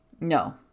no